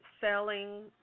selling